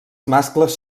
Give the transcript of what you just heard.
mascles